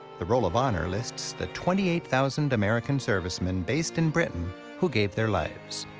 the roll of honor lists the twenty eight thousand american servicemen based in britain who gave their lives.